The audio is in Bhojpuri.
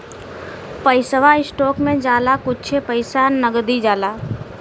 पैसवा स्टोक मे जाला कुच्छे पइसा नगदी जाला